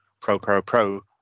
pro-pro-pro